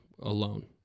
alone